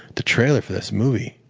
the trailer for this movie,